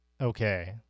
okay